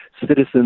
citizens